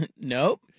Nope